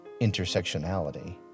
intersectionality